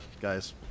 guys